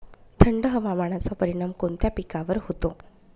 थंड हवामानाचा परिणाम कोणत्या पिकावर होतो?